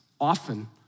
often